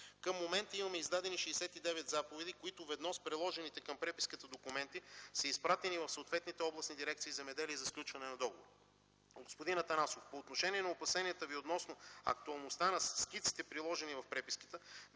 Към момента имаме издадени 69 заповеди, които, ведно с приложените към преписката документи, са изпратени в съответните областни дирекции „Земеделие” за сключване на договори. Господин Атанасов, по отношение на опасенията Ви относно актуалността на скиците, приложени в преписката,